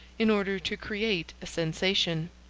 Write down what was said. in order to create a sensation.